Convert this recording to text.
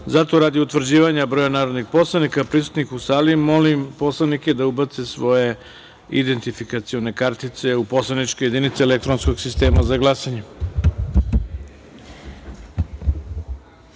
poslanika. Radi utvrđivanja broja narodnih poslanika prisutnih u sali, molim poslanike da ubace svoje identifikacione kartice u poslaničke jedinice elektronskog sistema za